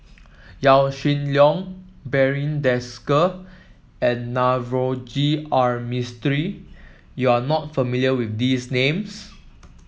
Yaw Shin Leong Barry Desker and Navroji R Mistri You are not familiar with these names